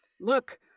Look